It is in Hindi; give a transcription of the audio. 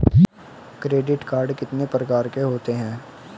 क्रेडिट कार्ड कितने प्रकार के होते हैं?